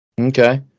Okay